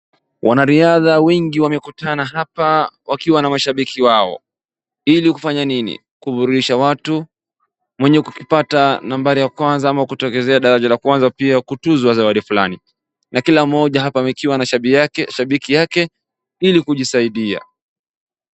Wanariadha wengi wamekutana hapa wakiwa na mashabiki wao. Ili kufanya nini? kuburudisha watu. Mwenye kukipata nambari ya kwanza ama kutokezea daraja la kwanza pia kutunzwa zawadi fulani. Na kila mmoja hapa akiwa na shabiki yake ili kujisaidia.